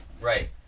right